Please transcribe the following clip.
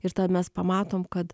ir tada mes pamatome kad